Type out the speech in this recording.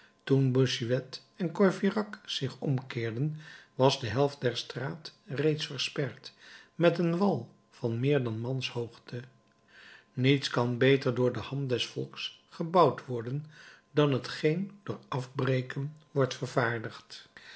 toen bossuet en courfeyrac zich omkeerden was de helft der straat reeds versperd met een wal van meer dan manshoogte niets kan beter door de hand des volks gebouwd worden dan t geen door afbreken wordt vervaardigd